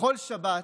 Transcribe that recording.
בכל שבת,